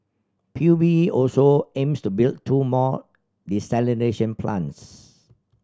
P U B also aims to build two more desalination plants